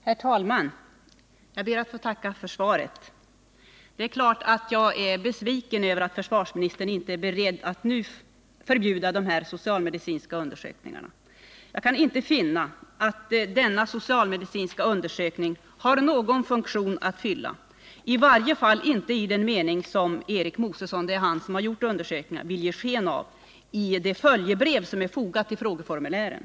Herr talman! Jag ber att få tacka för svaret. Det är klart att jag är besviken över att försvarsministern inte är beredd att nu förbjuda dessa socialmedicinska undersökningar. Jag kan inte finna att dessa socialmedicinska undersökningar har någon funktion att fylla. De har det i alla fall inte i den mening som Erik Mosesson — det är han som har gjort undersökningarna — vill ge sken av i det följebrev som är fogat till frågeformulären.